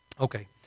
Okay